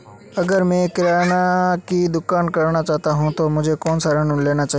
अगर मैं किराना की दुकान करना चाहता हूं तो मुझे कौनसा ऋण लेना चाहिए?